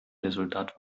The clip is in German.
resultat